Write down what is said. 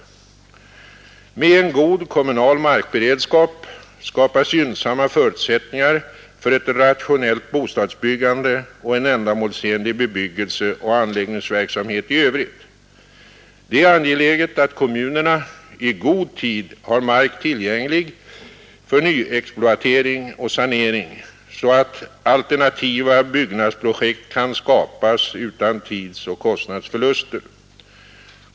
;; Torsdagen den Med en god kommunal markberedskap skapas gynnsamma förutsättö december 1971 ningar för ett rationellt bostadsbyggande och en ändamålsenlig bebyggel — rs seoch anläggningsverksamhet i övrigt. Det är angeläget att kommunerna = Andringar i i god tid har mark tillgänglig för nyexploatering och sanering, så att byggnadsoch alternativa byggnadsprojekt kan åstadkommas utan tidsförluster och expropriationskostnader.